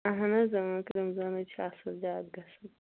اہن حظ آ کٕرٛمزنٕے چھُ اصٕل زیادٕ گژھان